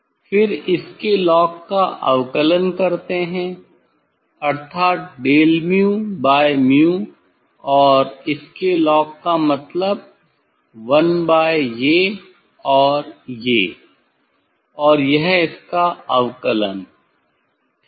फिर इसके log का अवकलन करते है अर्थात डेल𝛍 𝛍 और इसके log का मतलब1 बाई ये और ये और यह इसका अवकलन ठीक है